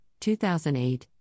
2008